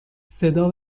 صدا